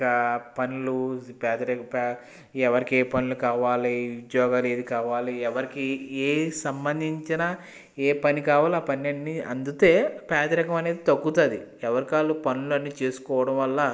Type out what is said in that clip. పా పన్లు పేదరికం పే ఎవరికి ఏ పనులు కావాలి ఉద్యోగాలు ఏవి కావాలి ఎవరికి ఏ సంబంధించిన ఏ పని కావాలో ఆ పనులన్నీ అందితే పేదరికం అనేది తగ్గుతుంది ఎవరికి వాళ్ళు పనులన్ని చేసుకోవడం వల్ల